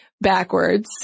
backwards